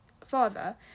father